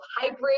hybrid